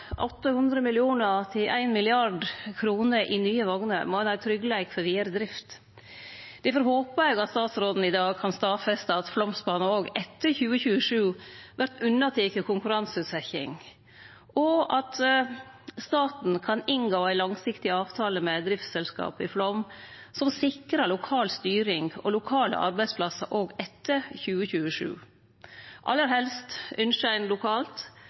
ha tryggleik for vidare drift. Difor håpar eg at statsråden i dag kan stadfeste at Flåmsbana òg etter 2027 vert unnateke konkurranseutsetjing, og at staten kan inngå ei langsiktig avtale med driftsselskapet i Flåm som sikrar lokal styring og lokale arbeidsplassar òg etter 2027. Aller helst ynskjer ein lokalt